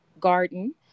garden